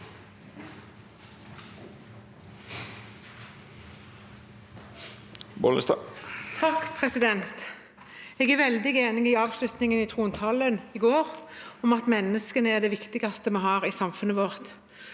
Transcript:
(KrF) Jeg er vel- dig enig med avslutningen i trontalen i går, om at menneskene er det viktigste vi har i samfunnet vårt.